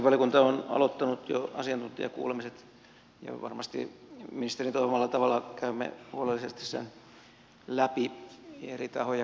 perustuslakivaliokunta on aloittanut jo asiantuntijakuulemiset ja varmasti ministerin toivomalla tavalla käymme huolellisesti ne läpi eri tahoja kuunnellen